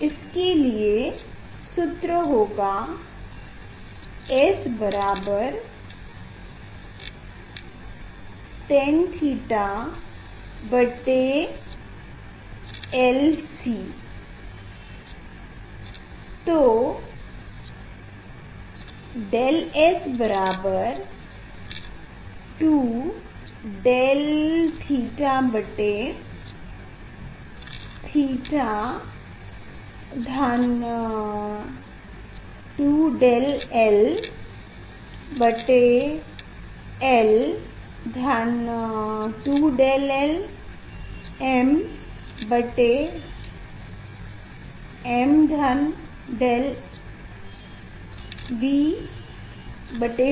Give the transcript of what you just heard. इसके लिए सूत्र होगा S बराबर 10 थीटा बटे lC तो डेल S बराबर 2 डेल थीटा बटे थीटा धन 2 डेल l बटे l धन 2 डेल m बटे m धन डेल V बटे V